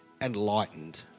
enlightened